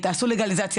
תעשו לגליזציה,